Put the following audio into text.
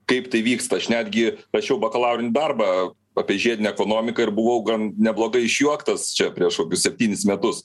kaip tai vyksta aš netgi rašiau bakalaurinį darbą apie žiedinę ekonomiką ir buvau gan neblogai išjuoktas čia prieš kokius septynis metus